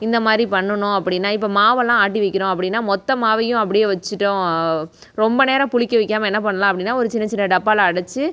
இந்த மாதிரி பண்ணுனோம் அப்படின்னா இப்போ மாவெல்லாம் ஆட்டி வைக்கிறோம் அப்படின்னா மொத்த மாவையும் அப்படியே வச்சுட்டோம் ரொம்ப நேரம் புளிக்க வைக்காமல் என்ன பண்ணலாம் அப்படின்னா ஒரு சின்ன சின்ன டப்பாவில் அடச்சு